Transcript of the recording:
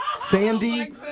Sandy